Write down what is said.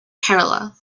kerala